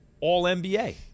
All-NBA